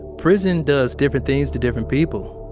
prison does different things to different people.